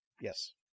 Yes